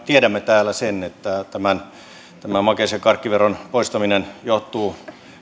tiedämme täällä sen että tämän makeis ja karkkiveron poistaminen johtuu